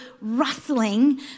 rustling